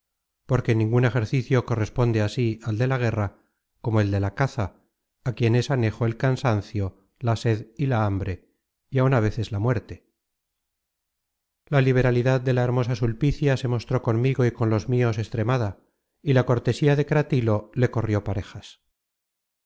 porque ningun ejercicio corresponde así al de la guerra como el de la caza á quien es anejo el cansancio la sed y la hambre y áun á veces la muerte la liberalidad de la hermosa sulpicia se mostró conmigo y con los mios extremada y la cortesía de cratilo le corrió parejas